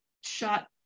shot